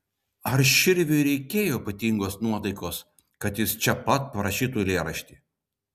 ar širviui reikėjo ypatingos nuotaikos kad jis čia pat parašytų eilėraštį